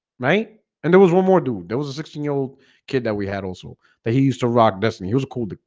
right and there was one more dude there was a sixteen year old kid that we had also that he used to rock best and he was a cool,